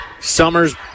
Summers